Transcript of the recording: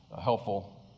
helpful